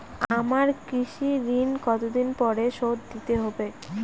আমার কৃষিঋণ কতদিন পরে শোধ দিতে হবে?